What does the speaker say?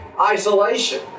isolation